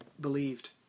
believed